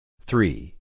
three